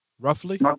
roughly